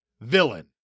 villain